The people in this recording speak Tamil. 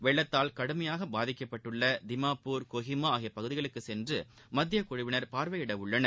வெள்ளத்தால் கடுமையாக பாதிக்கப்பட்டுள்ள திமாபூர் கோஹிமா ஆகிய பகுதிகளுக்குச் சென்று மத்திய குழுவினர் பார்வையிட உள்ளனர்